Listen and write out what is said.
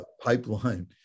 pipeline